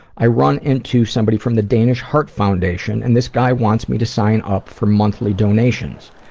i run into somebody from the danish heart foundation and this guy wants me to sign up for monthly donations.